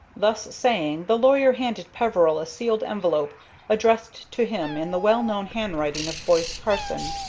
thus saying, the lawyer handed peveril a sealed envelope addressed to him in the well-known handwriting of boise carson.